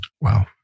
Wow